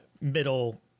middle